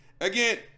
Again